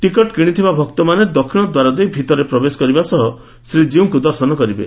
ticket କିଶିଥିବା ଭକ୍ତମାନେ ଦକ୍ଷିଶଦ୍ୱାର ଦେଇ ଭିତରେ ପ୍ରବେଶ କରିବା ସହ ଶ୍ରୀଜୀଉଙ୍କୁ ଦର୍ଶନ କରିବେ